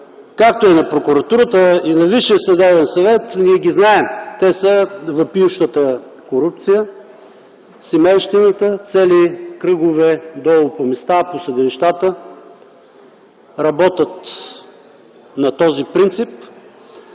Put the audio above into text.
и на Прокуратурата, и на Висшия съдебен съвет ние ги знаем. Те са въпиющата корупция, семейщината. Цели кръгове долу по места по съдилищата работят на този принцип,